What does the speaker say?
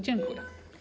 Dziękuję.